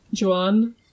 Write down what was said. Juan